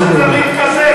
רק רגע.